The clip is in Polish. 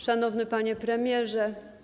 Szanowny Panie Premierze!